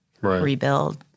rebuild